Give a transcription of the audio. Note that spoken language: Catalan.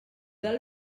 del